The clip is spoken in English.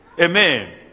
Amen